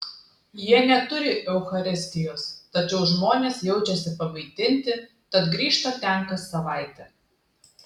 jie neturi eucharistijos tačiau žmonės jaučiasi pamaitinti tad grįžta ten kas savaitę